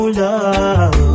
love